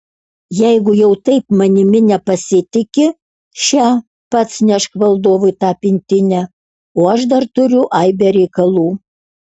jeigu jau taip manimi nepasitiki še pats nešk valdovui tą pintinę o aš dar turiu aibę reikalų